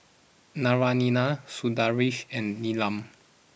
Naraina Sundaraiah and Neelam